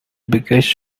biggest